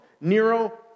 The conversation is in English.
Nero